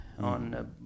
on